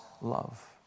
love